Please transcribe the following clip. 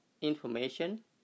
information